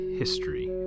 history